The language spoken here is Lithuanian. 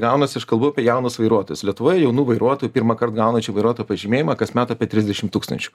gaunasi aš kalbu apie jaunus vairuotojus lietuvoje jaunų vairuotojų pirmąkart gaunančių vairuotojo pažymėjimą kasmet apie tridešimt tūkstančių